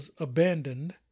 Abandoned